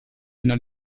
una